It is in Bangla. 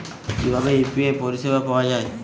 কিভাবে ইউ.পি.আই পরিসেবা পাওয়া য়ায়?